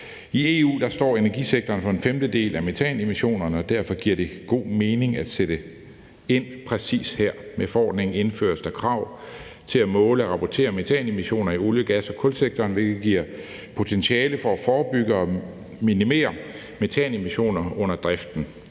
I EU står energisektoren for en femtedel af metanemissionerne, og derfor giver det god mening at sætte ind præcis her. Med forordningen indføres der krav om at måle og rapportere metanemissioner i olie-, gas- og kulsektoren, hvilket giver potentiale til at forebygge og minimere metanemissioner under driften.